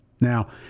Now